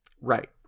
Right